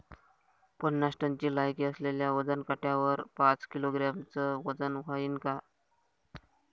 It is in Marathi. पन्नास टनची लायकी असलेल्या वजन काट्यावर पाच किलोग्रॅमचं वजन व्हईन का?